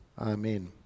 Amen